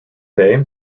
day